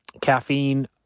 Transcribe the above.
caffeine